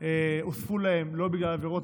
לא בגלל עבירות,